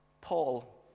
Paul